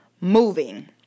moving